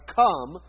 come